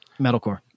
Metalcore